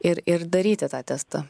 ir ir daryti tą testą